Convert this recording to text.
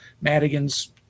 Madigan's